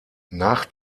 nach